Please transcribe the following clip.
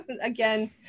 Again